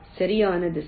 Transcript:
சரியான திசை